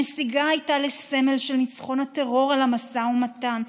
הנסיגה הייתה לסמל של ניצחון הטרור על המשא ומתן,